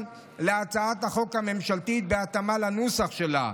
להצעת החוק הממשלתית בהתאמה לנוסח שלה.